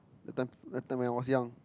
that time that time when I was young